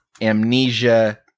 amnesia